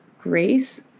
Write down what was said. grace